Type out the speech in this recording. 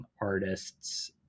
artists